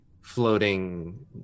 floating